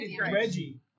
Reggie